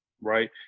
right